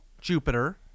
Jupiter